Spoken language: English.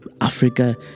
Africa